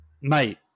mate